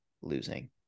losing